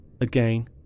Again